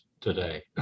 today